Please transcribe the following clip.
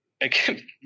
Again